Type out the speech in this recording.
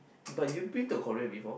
but you've been to Korea before